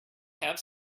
have